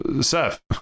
Seth